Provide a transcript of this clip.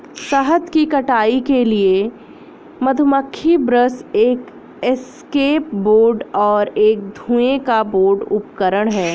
शहद की कटाई के लिए मधुमक्खी ब्रश एक एस्केप बोर्ड और एक धुएं का बोर्ड उपकरण हैं